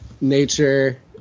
nature